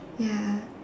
ya